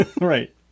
Right